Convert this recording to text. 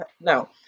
No